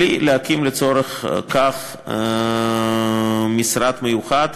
בלי להקים לצורך כך משרד מיוחד,